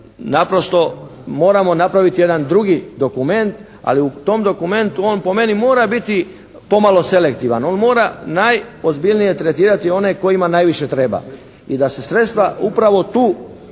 naprosto moramo napraviti jedan drugi dokument, ali u tom dokumentu on po meni mora biti pomalo selektivan. On mora najozbiljnije tretirati one kojima najviše treba. I da se sredstva upravo tu pokušaju